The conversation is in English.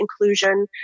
inclusion